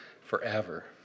forever